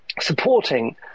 supporting